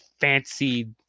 fancy